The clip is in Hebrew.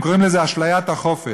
הם קוראים לזה "אשליית החופש".